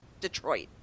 Detroit